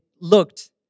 looked